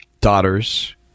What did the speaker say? daughters